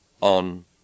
on